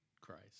Christ